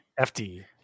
FD